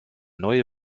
neue